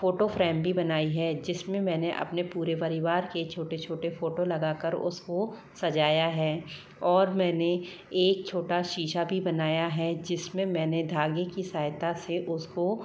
photo frame भी बनायी हैं जिसमें मैंने अपने पूरे परिवार के छोटे छोटे फोटो लगाकर उसको सजाया हैं और मैंने एक छोटा शीशा भी बनाया हैं जिसमे मैंने धागे की सहायता से उसको